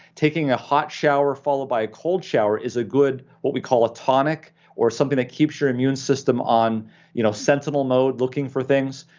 taking a hot shower followed by a cold shower is a good what we call a tonic or something that keeps your immune system on you know sentinel mode, looking for things,